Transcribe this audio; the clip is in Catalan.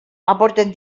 aporten